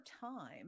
time